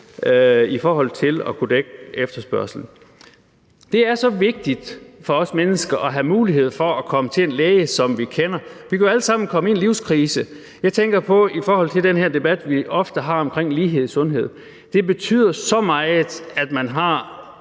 i forhold til at kunne dække efterspørgslen. Det er så vigtigt for os mennesker at have mulighed for at komme til en læge, som vi kender. Vi kan jo alle sammen komme i en livskrise. Jeg tænker på det i forhold til den her debat, vi ofte har om lighed i sundhed. Det betyder så meget, at man har